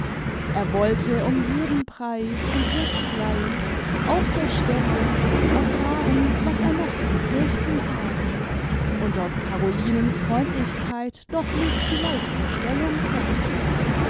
er wollte um jeden preis und jetzt gleich auf der stelle erfahren was er noch zu fürchten habe und ob carolinens freundlichkeit doch nicht vielleicht verstellung sei